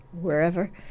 wherever